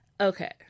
Okay